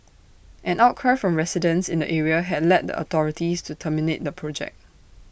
an outcry from residents in the area had led the authorities to terminate the project